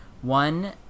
One